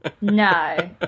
No